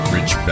Rich